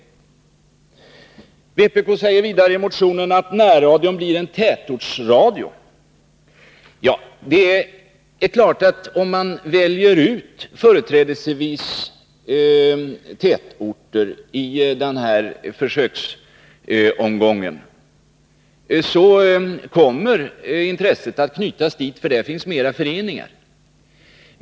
Vpk säger vidare i motionen att närradion blir en tätortsradio. Det är klart att om man i försöksomgången företrädesvis väljer ut tätorter så kommer intresset att knytas dit, för där finns fler föreningar.